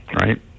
right